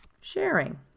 Sharing